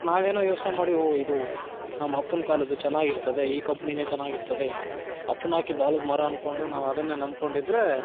ನಾವೇನೋ ಯೋಚನೆ ಮಾಡಿ ಓಹ್ ಇದು ನಮ್ಮ ಅಪ್ಪನ ಕಾಲದ್ದು ಚೆನ್ನಾಗಿರ್ತದೆ ಈ ಕಂಪ್ನಿನೇ ಚೆನಾಗಿರ್ತದೆ ಅಪ್ಪನು ಹಾಕಿದ ಆಲದ ಮರ ಅನ್ಕೊಂಡು ನಾವು ಅದನ್ನೇ ನಂಬ್ಕೊಂಡಿದ್ರೆ